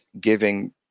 giving